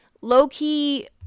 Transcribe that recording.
low-key